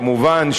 כמובן,